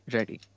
Ready